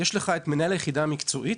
יש את מנהל היחידה המקצועית,